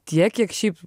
tiek kiek šiaip